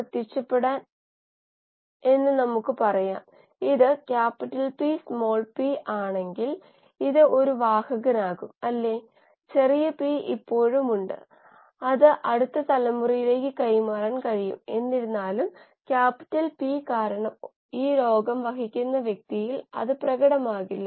കോശത്തിന്റെ "സ്റ്റാറ്റസ്" സൂചകങ്ങളിലൂടെ നമ്മൾ ആ കറുത്ത പെട്ടിയിലേക്ക് ഒരു ജാലകം തുറക്കും സ്റ്റാറ്റസ് ഒരുപാട് തരത്തിൽ ഉണ്ട്